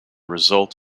result